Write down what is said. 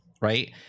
right